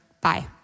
bye